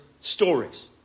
stories